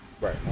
Right